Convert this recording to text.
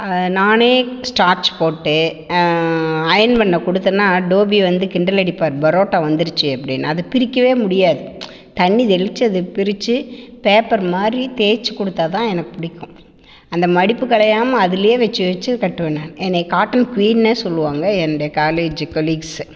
அதை நானே ஸ்டார்ச் போட்டு அயர்ன் பண்ண கொடுத்தேன்னா டோபி வந்து கிண்டலடிப்பார் பரோட்டா வந்துருச்சு அப்படின்னு அது பிரிக்கவே முடியாது தண்ணி தெளிச்சு அதை பிரிச்சு பேப்பர் மாதிரி தேய்ச்சி கொடுத்தாதான் எனக்கு பிடிக்கும் அந்த மடிப்பு கலையாமல் அதுல வச்சு வச்சு கட்டுவேன் நான் என்னை காட்டன் குயின்னே சொல்லுவாங்க என்னோடைய காலேஜ்ஜி கொலீக்ஸ்ஸு